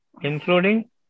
including